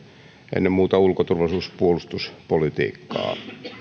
ennen muuta ulko turvallisuus ja puolustuspolitiikkaa